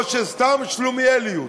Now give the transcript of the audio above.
או שזאת סתם שלומיאליות.